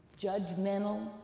judgmental